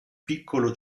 piccolo